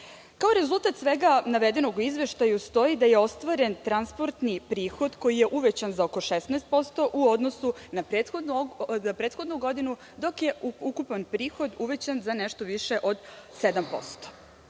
rezultat svega navedenog u izveštaju stoji da je ostvaren transportni prihod koji je uvećan za oko 16% u odnosu na prethodnu godinu, dok je ukupan prihod uvećan za nešto više od 7%.